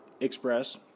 Express